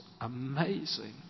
amazing